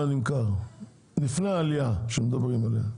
לפני העלייה שמדברים עליה?